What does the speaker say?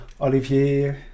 Olivier